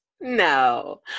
no